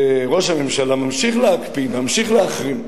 ראש הממשלה ממשיך להקפיא, ממשיך להחרים,